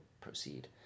proceed